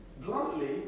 bluntly